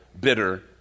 bitter